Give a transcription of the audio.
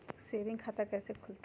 Saving खाता कैसे खुलतई?